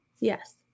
Yes